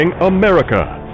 America